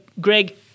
Greg